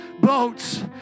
boats